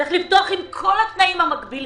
צריך לפתוח עם כל התנאים המגבילים.